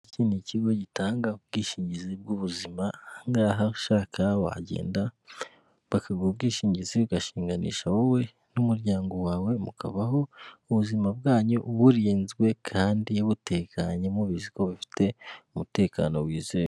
Iki ni ikigo gitanga ubwishingizi bw'ubuzima, aha ngaha ushaka wagenda bakaguha ubwishingizi, ugashinganisha wowe n'umuryango wawe, mukabaho ubuzima bwanyu burinzwe kandi butekanye mubizi ko bufite umutekano wizewe.